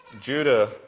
Judah